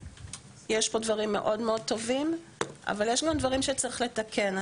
יש פה דברים מאוד מאוד טובים אבל יש גם דברים שצריך לתקן.